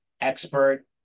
expert